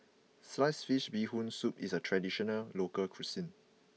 Sliced Fish Bee Hoon Soup is a traditional local cuisine